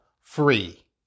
free